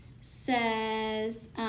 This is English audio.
says